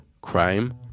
crime